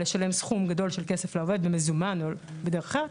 לשלם סכום גדול של כסף לעובד ומזומן בדרך כלל,